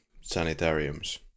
Sanitariums